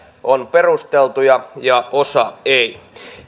on perusteltuja ja osa ei